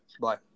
Bye